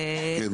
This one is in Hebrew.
כן,